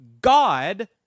God